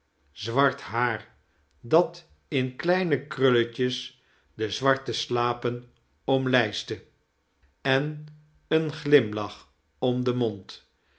zwart haar dat in kleine krulletjes de zwarte slapen omlijstte en een glimlaoli om den mond